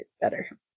better